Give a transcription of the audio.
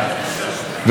ברמטכ"ל,